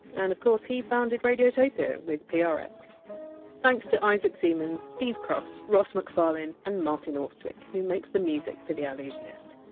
and of course he founded radiotopia with prx ah thanks thanks to isaac siemens, steve cross, ross macfarlane, and martin austwick, who makes the music for the allusionist.